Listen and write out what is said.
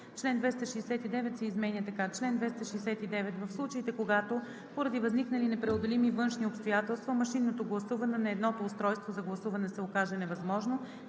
Чл. 269 се изменя така: „Чл. 269. В случаите, когато поради възникнали непреодолими външни обстоятелства машинното гласуване на едното устройство за гласуване се окаже невъзможно,